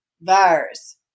virus